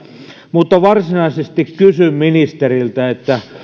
mutta varsinaisesti kysyn ministeriltä